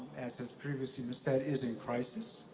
as has previously been said, is in crisis,